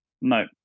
No